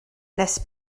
nes